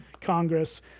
Congress